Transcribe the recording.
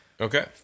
Okay